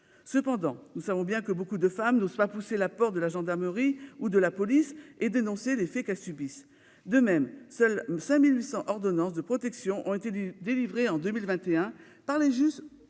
Cependant, nous savons bien que nombre de femmes n'osent pas pousser la porte de la gendarmerie ou de la police et dénoncer les faits qu'elles subissent. De même, seules 5 800 ordonnances de protection ont été délivrées en 2021 par les juges